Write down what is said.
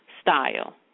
style